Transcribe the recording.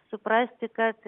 suprasti kad